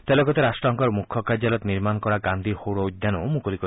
তেওঁ লগতে ৰাট্টসংঘৰ মুখ্য কাৰ্যলয়ত নিৰ্মাণ কৰা গান্ধী সৌৰ উদ্যানো মুকলি কৰিব